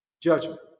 Judgment